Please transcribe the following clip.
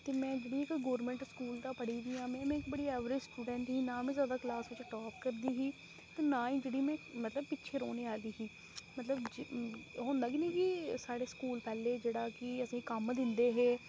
ते में जेह्ड़ी इक गौरमैंट स्कूल दा पढ़ी दी आं में इक ऐवरेज स्टूडेंट ही ना में जैदा कलास बिच टाप करदी ही ते ना ई में मतलब पिच्छें रौह्ने आह्ली ही मतलब होंदा कि निं की साढ़े स्कूल पैह्लें एह् जेह्ड़ा कि असेंगी कम्म दिंदे हे